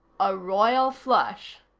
a royal flush.